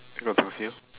because of you